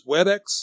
WebEx